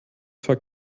zwar